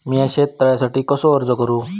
मीया शेत तळ्यासाठी कसो अर्ज करू?